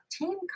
team